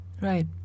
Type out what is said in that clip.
Right